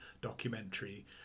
documentary